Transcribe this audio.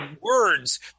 words